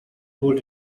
cold